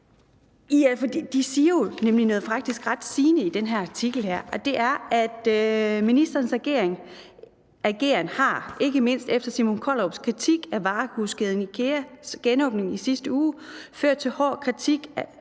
her siger jo faktisk noget ret rammende, og det er: »Ministrenes ageren har – ikke mindst efter Simon Kollerups kritik af varehuskæden IKEAs genåbning i sidste uge – ført til hård kritik af